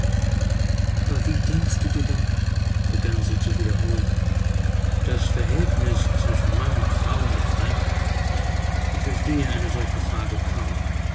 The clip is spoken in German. aber wie denkst du dir denn begann sie zu wiederholen das verhältnis zwischen mann und frau in der freiheit ich verstehe eine solche frage kaum